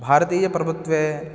भारतीयप्रभुत्वे